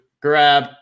grab